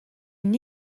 une